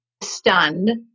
Stunned